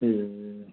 ए